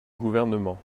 gouvernement